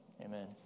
Amen